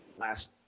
last